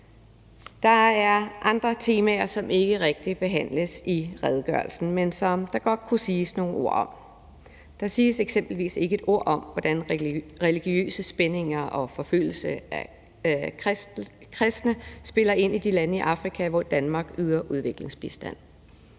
Der er andre temaer, som ikke rigtig behandles i redegørelsen, men som der godt kunne siges nogle ord om. Der siges eksempelvis ikke et ord om, hvordan religiøse spændinger og forfølgelse af kristne spiller ind i de lande i Afrika, hvor Danmark yder udviklingsbistand.